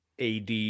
AD